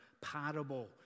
parable